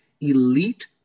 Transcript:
elite